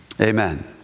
Amen